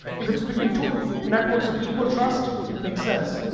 if it's between two networks of equal trust, it makes sense.